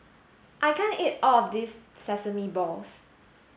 I can't eat all of this sesame balls